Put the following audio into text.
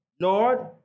Lord